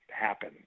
happen